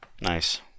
Nice